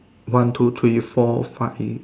one two three four five